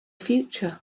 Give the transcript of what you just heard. future